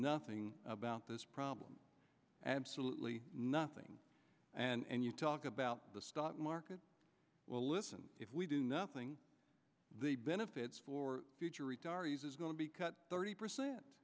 nothing about this problem absolutely nothing and you talk about the stock market well listen if we do nothing the benefits for future retirees is going to be cut thirty percent